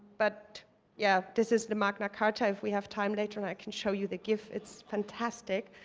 but yeah this is the magna carta. if we have time later, and i can show you the gif. it's fantastic.